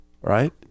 right